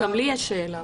גם לי יש שאלה.